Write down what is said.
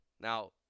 Now